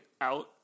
out